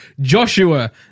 Joshua